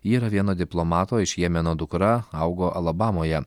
ji yra vieno diplomato iš jemeno dukra augo alabamoje